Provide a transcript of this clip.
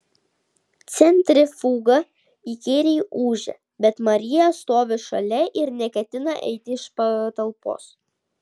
centrifuga įkyriai ūžia bet marija stovi šalia ir neketina eiti iš patalpos